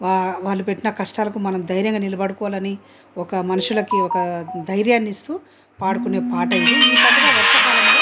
వాళ్ళు పెట్టిన కష్టాలకు మనం ధైర్యంగా నిలబడుకోవాలి అని ఒక మనుషులకి ఒక ధైరియాన్ని ఇస్తూ పాడుకునే పాట అది